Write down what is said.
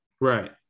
Right